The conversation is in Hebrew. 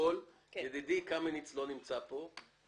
ידידי קמיניץ לא נמצא פה.